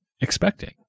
expecting